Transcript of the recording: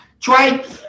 Try